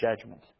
judgment